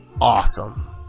awesome